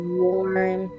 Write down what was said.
warm